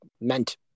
meant